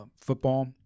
football